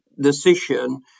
decision